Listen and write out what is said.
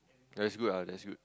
that's good ah that's good